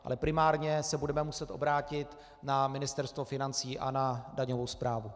Ale primárně se budeme muset obránit na Ministerstvo financí a na daňovou správu.